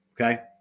Okay